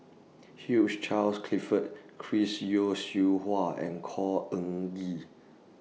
Hugh Charles Clifford Chris Yeo Siew Hua and Khor Ean Ghee